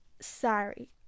sorry